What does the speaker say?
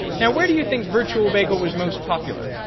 now where do you think virtual bagel was most popular?